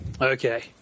Okay